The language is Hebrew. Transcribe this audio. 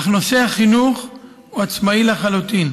אך נושא החינוך הוא עצמאי לחלוטין.